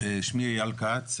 שמי אייל כץ,